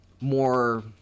more